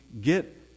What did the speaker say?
get